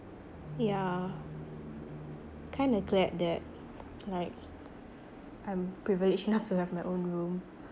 yeah kinda glad that like I'm privileged enough to have my own room